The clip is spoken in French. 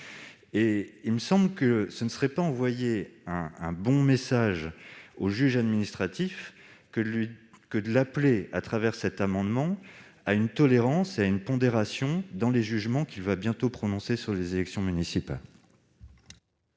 et il me semble que ce ne serait pas envoyer un bon message au juge administratif que de l'appeler, par le biais de cet amendement, à une tolérance ou à une pondération dans les jugements qu'il prononcera sur les élections municipales.